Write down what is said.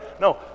No